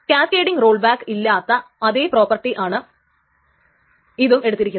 cascading roll back ഇല്ലാത്ത അതേ പ്രോപ്പർട്ടിയാണ് ഇതും എടുത്തിരിക്കുന്നത്